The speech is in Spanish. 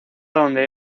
donde